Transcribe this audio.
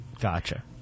Gotcha